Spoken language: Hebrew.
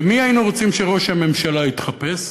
ולמי היינו רוצים שראש הממשלה יתחפש?